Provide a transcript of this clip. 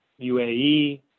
UAE